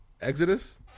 Exodus